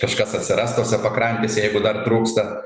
kažkas atsiras tose pakrantėse jeigu dar trūksta